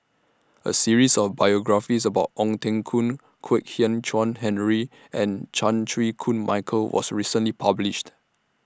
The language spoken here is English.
A series of biographies about Ong Teng Koon Kwek Hian Chuan Henry and Chan Chew Koon Michael was recently published